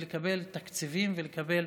לקבל תקציבים ולקבל